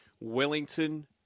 Wellington